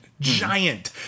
giant